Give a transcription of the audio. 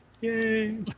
Yay